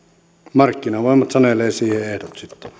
markkinavoimat sanelevat siihen ehdot sitten